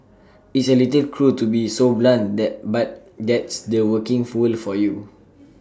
it's A little cruel to be so blunt that but that's the working fold for you